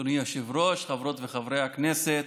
אדוני היושב-ראש, חברות וחברי הכנסת,